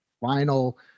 final